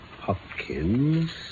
Hopkins